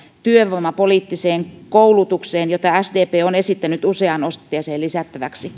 työvoimapoliittiseen koulutukseen jota sdp on esittänyt useaan otteeseen lisättäväksi